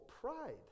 pride